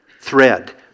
thread